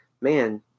man